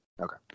Okay